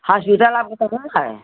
hospital आपके कहाँ है